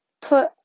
put